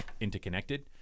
interconnected